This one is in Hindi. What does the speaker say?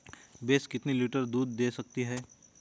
भैंस कितने लीटर तक दूध दे सकती है?